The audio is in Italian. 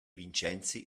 vincenzi